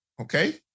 Okay